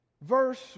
Verse